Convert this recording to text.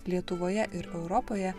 lietuvoje ir europoje